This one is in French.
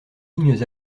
lignes